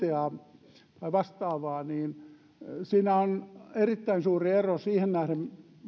esitin parlamentaarista työllisyyskomiteaa tai vastaavaa siinä on erittäin suuri ero siihen nähden